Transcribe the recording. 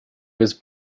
was